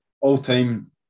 all-time